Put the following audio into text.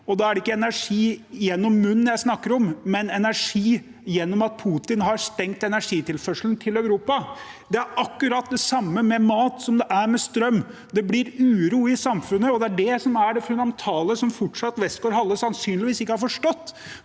Da er det ikke energi gjennom munnen jeg snakker om, men mindre energi fordi Putin har stengt energitilførselen til Europa. Det er akkurat det samme med mat som det er med strøm – det blir uro i samfunnet. Det er det som er det fundamentale, og som Westgaard-Halle sannsynligvis fortsatt ikke har forstått.